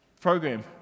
program